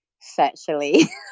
sexually